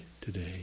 today